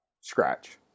Scratch